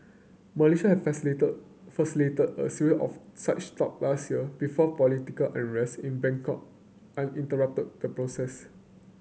Malaysia has facilitated a serie of such talk last year before political unrest in Bangkok on interrupted the process